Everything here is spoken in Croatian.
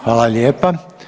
Hvala lijepa.